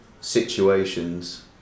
situations